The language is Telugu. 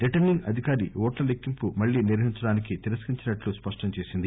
రిటర్పింగ్ అధికారి ఓట్ల లెక్కింపు మళ్లీ నిర్వహించడానికి తిరస్కరించినట్టు చెప్పింది